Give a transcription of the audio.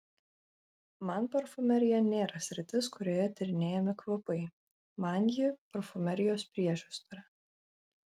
man parfumerija nėra sritis kurioje tyrinėjami kvapai man ji parfumerijos priešistorė